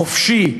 החופשי,